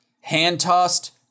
hand-tossed